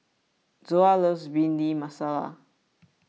Zoa loves Bhindi Masala